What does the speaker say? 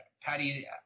Patty